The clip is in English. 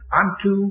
unto